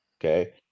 okay